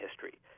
history